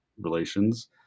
relations